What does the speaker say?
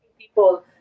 people